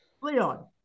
Leon